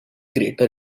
greater